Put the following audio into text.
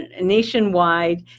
Nationwide